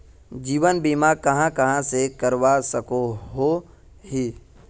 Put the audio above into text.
जीवन बीमा कहाँ कहाँ से करवा सकोहो ही?